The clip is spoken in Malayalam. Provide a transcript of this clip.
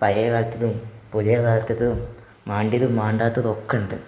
പഴയ കാലത്തേതും പുതിയ കാലത്തേതും മാണ്ടിയതും മാണ്ടാത്തതൊക്കെയുണ്ട്